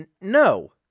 No